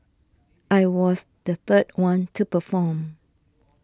I was the third one to perform